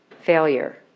Failure